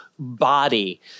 body